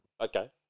Okay